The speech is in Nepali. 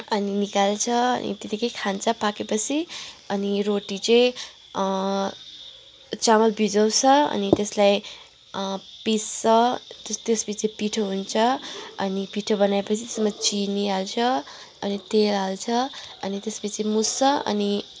अनि निकाल्छ अनि त्यतिकै खान्छ पाकेपछि अनि रोटी चाहिँ चामल भिजाउँछ अनि त्यसलाई पिस्छ त्यसपछि पिठो हुन्छ अनि पिठो बनाएपछि त्यसमा चिनी हाल्छ अनि तेल हाल्छ अनि त्यसपछि मुस्छ अनि